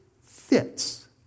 fits